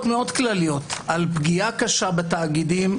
מאוד כלליות על פגיעה קשה בתאגידים,